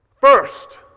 First